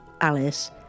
Alice